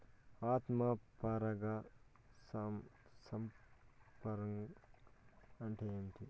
ఆత్మ పరాగ సంపర్కం అంటే ఏంటి?